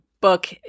book